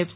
F